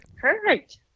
Perfect